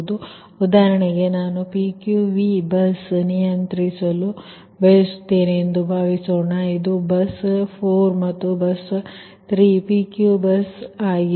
ಆದ್ದರಿಂದ ಉದಾಹರಣೆಗೆ ನಾನು PQVಬಸ್ ನಿಯಂತ್ರಿಸಲು ಬಯಸುತ್ತೇನೆ ಎಂದು ಭಾವಿಸೋಣ ಇದು ಬಸ್ 4 ಮತ್ತು ಬಸ್ 3 PQ ಬಸ್ ಆಗಿದೆ